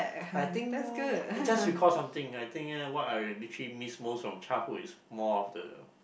I think I just recall something I think uh what I literally miss most from childhood is more of the